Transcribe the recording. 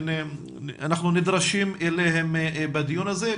אנחנו נדרשים להם בדיון הזה,